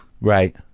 Right